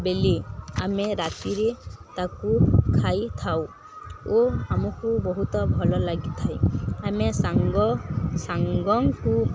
ବେଲି ଆମେ ରାତିରେ ତାକୁ ଖାଇଥାଉ ଓ ଆମକୁ ବହୁତ ଭଲ ଲାଗିଥାଏ ଆମେ ସାଙ୍ଗ ସାଙ୍ଗଙ୍କୁ